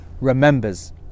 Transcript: remembers